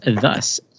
thus